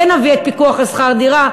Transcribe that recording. כן נביא את הפיקוח על שכר דירה,